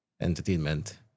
entertainment